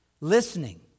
Listening